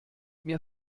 mir